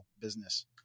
business